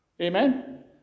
amen